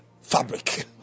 fabric